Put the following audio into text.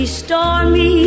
stormy